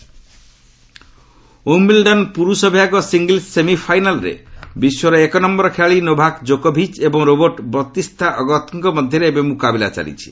Wimbledon Wimbledon ପୁରୁଷ ବିଭାଗ singles ସେମିଫାଇନାଲ୍ରେ ବିଶ୍ୱର ଏକ ନୟର ଖେଳାଳି ନୋଭାକ୍ ଜୋକୋଭିଚ୍ ଏବଂ ରୋବୋର୍ଟ ବସ୍ତିତା ଅଗତଙ୍କ ମଧ୍ୟରେ ଏବେ ମୁକାବିଲା ଚାଲିଛି